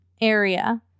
area